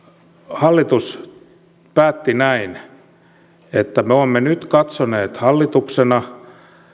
hallitus päätti näin me olemme nyt katsoneet hallituksena